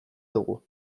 dugu